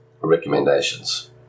recommendations